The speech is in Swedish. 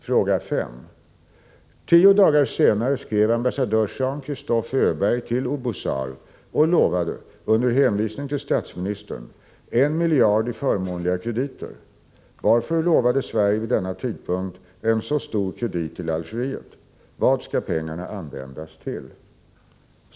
Fråga 5: Tio dagar senare skrev ambassadör Jean-Christophe Öberg till Oubouzar och lovade, under hänvisning till statsministern, en miljard i förmånliga krediter. Varför lovade Sverige vid denna tidpunkt en så stor kredit till Algeriet? Vad skall pengarna användas till?